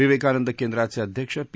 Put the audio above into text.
विवेकानंद केंद्राचे अध्यक्ष पी